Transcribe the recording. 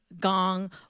gong